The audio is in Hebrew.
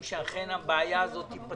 סוף לכל הסיפור הזה,